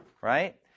right